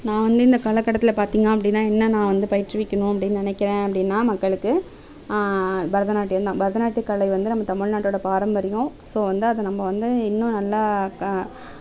நான் வந்து இந்தக் காலகட்டத்தில் பார்த்தீங்க அப்படினா என்ன நான் வந்து பயிற்று விக்கணும் அப்படின்னு நினைக்குறேன் அப்படின்னா மக்களுக்கு பரதநாட்டியம் தான் பரதநாட்டிய கலை வந்து நம்ம தமிழ்நாட்டோட பாரம்பரியம் ஸோ வந்து அதை நம்ம வந்து இன்னும் நல்லா